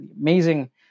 amazing